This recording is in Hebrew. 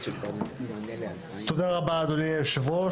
תודה רבה אדוני היושב-ראש.